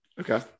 okay